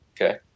Okay